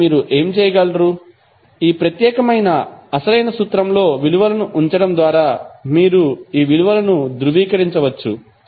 కాబట్టి మీరు ఏమి చేయగలరు ఈ ప్రత్యేకమైన అసలైన సూత్రంలో విలువలను ఉంచడం ద్వారా మీరు ఈ విలువలను ధృవీకరించవచ్చు